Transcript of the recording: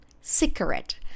cigarette